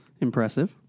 Impressive